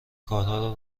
کارها